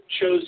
chose